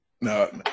No